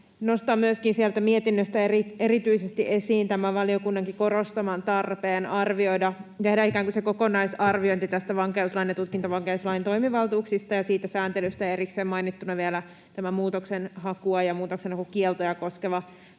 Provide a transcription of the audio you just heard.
nostaa sieltä mietinnöstä erityisesti esiin tämän valiokunnankin korostaman tarpeen arvioida, tehdä ikään kuin se kokonaisarviointi vankeuslain ja tutkintavankeuslain toimivaltuuksista ja siitä sääntelystä, erikseen mainittuna vielä tämä muutoksenhakua ja muutoksenhakukieltoja koskeva